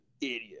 idiot